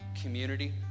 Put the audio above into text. community